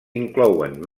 inclouen